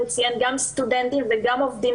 והוא ציין גם סטודנטים וגם עובדים